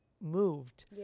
moved